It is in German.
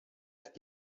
ist